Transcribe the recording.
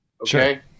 Okay